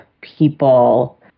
people